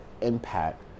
impact